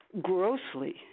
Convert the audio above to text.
grossly